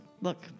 look